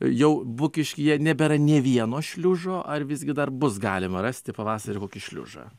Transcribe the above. jau bukiškyje nebėra nė vieno šliužo ar visgi dar bus galima rasti pavasarį kokį šliužą